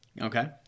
Okay